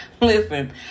listen